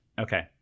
Okay